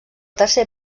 tercer